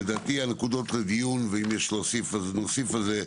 לדעתי, הנקודות לדיון, ואם יש להוסיף נוסיף על זה: